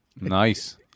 Nice